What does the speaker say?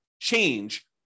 change